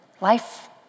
life